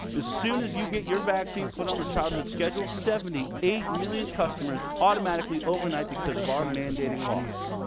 as soon as you get your vaccine put on the childhood schedule, seventy eight million customers automatically overnight because of our mandating laws.